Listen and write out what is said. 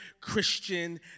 Christian